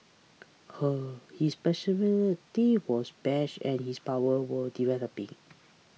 her his personality was brash and his powers were developing